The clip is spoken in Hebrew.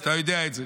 אתה יודע את זה.